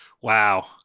Wow